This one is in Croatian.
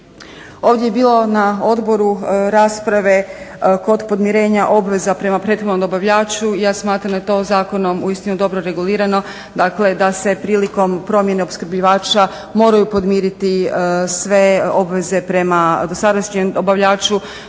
Ovdje je bilo na odboru rasprave kod podmirenja obveza prema prethodnom dobavljaču. Ja smatram da je to zakonom uistinu dobro regulirano. Dakle, da se prilikom promjene opskrbljivača moraju podmiriti sve obveze prema dosadašnjem dobavljaču